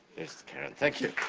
karen, thank you.